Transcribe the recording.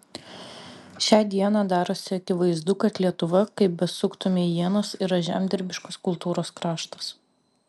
šią dieną darosi akivaizdu kad lietuva kaip besuktumei ienas yra žemdirbiškos kultūros kraštas